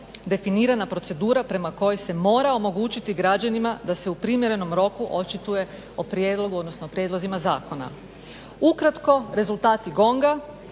Ukratko, rezultati GONG-a